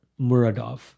muradov